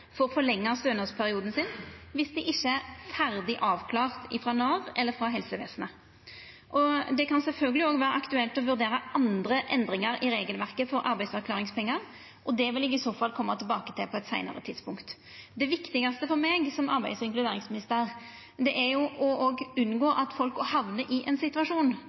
stønadsperioden sin om dei ikkje er ferdig avklarte frå Nav eller helsevesenet. Det kan sjølvsagt òg vera aktuelt å vurdera andre endringar i regelverket for arbeidsavklaringspengar, og det vil eg i så fall koma tilbake til på eit seinare tidspunkt. Det viktigaste for meg som arbeids- og inkluderingsminister er å unngå at folk hamnar i ein situasjon